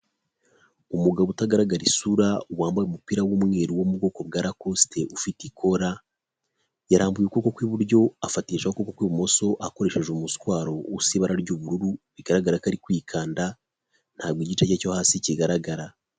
Umugabo utagaragara isura wambaye umupira w'umweru wo mu bwoko bwa Lacoste ufite ikora yarambuye ukuboko kw'iburyo afatishaho ukuboko kw'ibumoso akoresheje umuswaro usa ibara ry'ubururu bigaragara ko ari kwikanda ntabwo igice cye cyo hasi kigaragara .